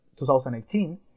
2018